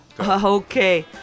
Okay